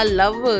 love